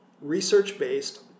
research-based